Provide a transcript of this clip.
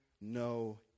no